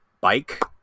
bike